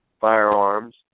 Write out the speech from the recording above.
firearms